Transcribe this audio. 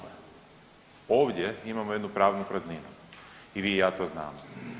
Ovdje imamo jednu pravnu prazninu i vi i ja to znamo.